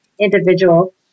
individual